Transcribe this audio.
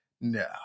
no